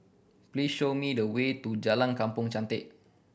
please show me the way to Jalan Kampong Chantek